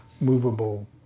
movable